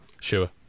Sure